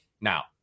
Now